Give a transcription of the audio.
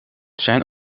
zijn